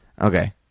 Okay